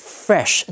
fresh